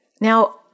Now